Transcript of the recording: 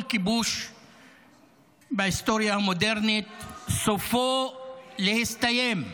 כל כיבוש בהיסטוריה המודרנית סופו להסתיים,